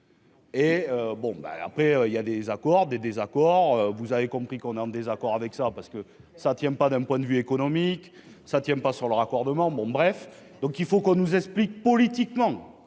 Et, bon ben après il y a des accords, des désaccords, vous avez compris qu'on est en désaccord avec ça parce que ça ne tient pas, d'un point de vue économique ça tient pas sur le raccordement bon bref, donc il faut qu'on nous explique politiquement